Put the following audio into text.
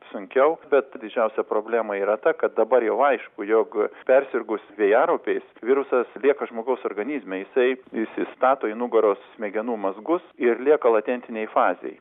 sunkiau bet didžiausia problema yra ta kad dabar jau aišku jog persirgus vėjaraupiais virusas lieka žmogaus organizme jisai įsistato į nugaros smegenų mazgus ir lieka latentinėj fazėj